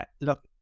look